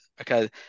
okay